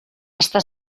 està